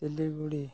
Siliguri